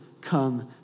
come